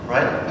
Right